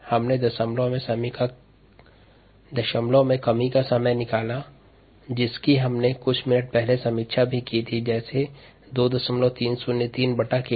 हमने decimal reduction time का time निकाला है जिसकी हमने कुछ मिनट्स पहले समीक्षा भी की थी जैसे 2303 डिवाइडेड बाई 𝑘𝑑